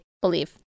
believe